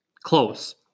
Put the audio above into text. close